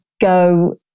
go